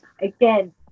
Again